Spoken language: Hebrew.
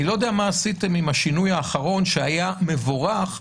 אני לא יודע מה עשיתם עם השינוי האחרון שהיה מבורך,